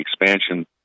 expansion